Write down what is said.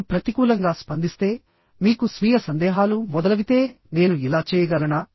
మీరు ప్రతికూలంగా స్పందిస్తే మీకు స్వీయ సందేహాలు మొదలవితే నేను ఇలా చేయగలనా